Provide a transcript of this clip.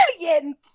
brilliant